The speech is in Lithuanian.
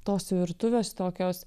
tos virtuvės tokios